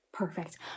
perfect